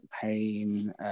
pain